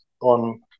on